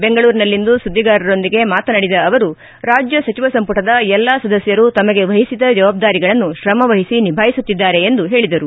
ಬೆಂಗಳೂರಿನಲ್ಲಿಂದು ಸುದ್ದಿಗಾರರೊಂದಿಗೆ ಮಾತನಾಡಿದ ಅವರು ರಾಜ್ಯ ಸಚಿವ ಸಂಪುಟದ ಎಲ್ಲಾ ಸದಸ್ಯರೂ ತಮಗೆ ವಹಿಸಿದ ಜವಾಬ್ದಾರಿಗಳನ್ನು ಶ್ರಮವಹಿಸಿ ನಿಭಾಯಿಸುತ್ತಿದ್ದಾರೆ ಎಂದು ಹೇಳಿದರು